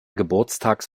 geburtstags